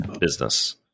business